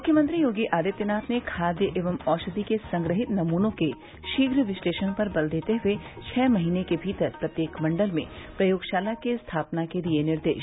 मुख्यमंत्री योगी आदित्यनाथ ने खाद्य एवं औषधि के संग्रहीत नमूनों के शीघ्र विश्लेषण पर बल देते हुए छः महीने के भीतर प्रत्येक मण्डल में प्रयोगशाला की स्थापना के दिए निर्देश